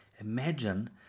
Imagine